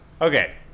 Okay